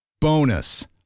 Bonus